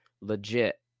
legit